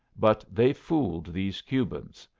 but they've fooled these cubans.